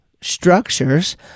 structures